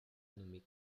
nommé